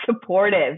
supportive